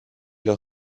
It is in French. leur